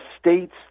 states